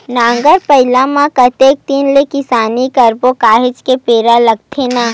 नांगर बइला म कतेक दिन ले किसानी करबो काहेच के बेरा लगथे न